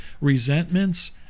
resentments